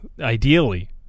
ideally